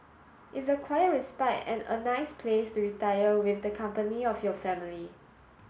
it's a quiet respite and a nice place to retire with the company of your family